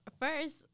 first